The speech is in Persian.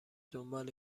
دنبال